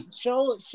Show